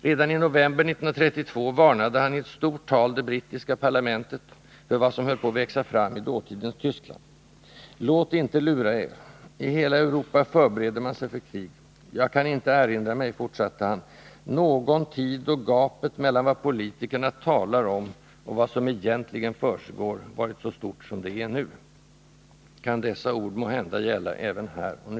Redan i november 1932 varnade hani ett stort tal det brittiska parlamentet för vad som höll på att växa fram i dåtidens Tyskland: Låt inte lura er! I hela Europa förbereder man sig för krig. Jag kan inte erinra mig, fortsatte han, någon tid då gapet mellan vad politikerna talar om och vad som egentligen försiggår varit så stort som det är nu.